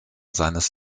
seines